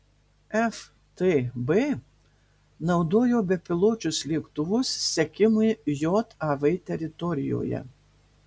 ftb naudojo bepiločius lėktuvus sekimui jav teritorijoje